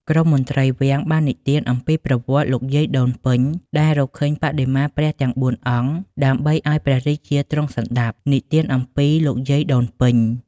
ក្រុមមន្ត្រីវាំងបាននិទានអំពីប្រវត្តិលោកយាយដូនពេញ ដែលរកឃើញបដិមាព្រះទាំងបួនអង្គ ដើម្បីឱ្យព្រះរាជាទ្រង់សណ្ដាប់ និទានអំពីលោកយាយដូនពេញ។